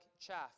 chaff